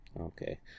Okay